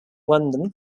london